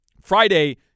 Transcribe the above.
Friday